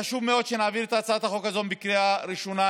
חשוב מאוד שנעביר את הצעת החוק הזאת היום בקריאה ראשונה,